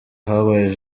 habaye